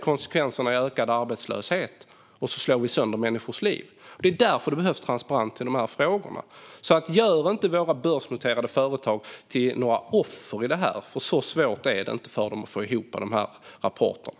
Konsekvenserna blir ökad arbetslöshet, och människors liv slås sönder. Det är därför det behövs transparens i de här frågorna. Gör inte våra börsnoterade företag till offer här. Så svårt är det inte för dem att få ihop rapporterna.